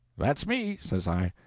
that's me, says i.